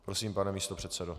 Prosím, pane místopředsedo.